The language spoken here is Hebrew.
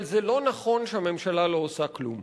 אבל זה לא נכון שהממשלה לא עושה כלום.